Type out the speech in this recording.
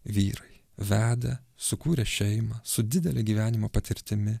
vyrai vedę sukūrę šeimą su didele gyvenimo patirtimi